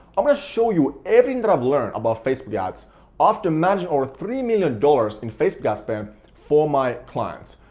i'm gonna show you everything that i've learned about facebook ads after managing over three million dollars in facebook ad ah spend for my clients.